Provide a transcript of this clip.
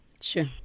Sure